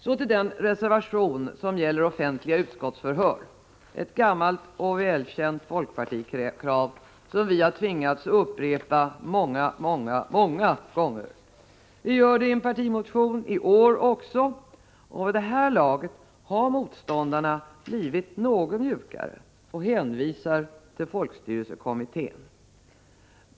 Så till den reservation som gäller offentliga utskottsförhör, ett gammalt och välkänt folkpartikrav, som vi har tvingats upprepa många, många gånger. Vi gör det i en partimotion också i år, och vid det här laget har motståndarna blivit något mjukare och hänvisar till folkstyrelsekommittén.